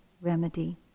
remedy